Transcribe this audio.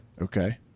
Okay